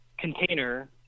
container